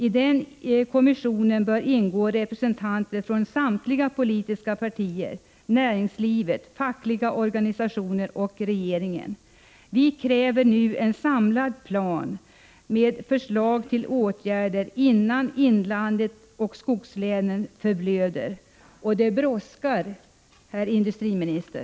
I kommissionen bör ingå representanter från samtliga de politiska partierna, näringslivet, de fackliga organisationerna och regeringen. Vi kräver nu en samlad plan med förslag till åtgärder innan inlandet och skogslänen förblöder. Det brådskar, herr industriminister!